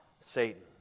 Satan